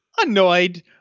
annoyed